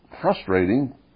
frustrating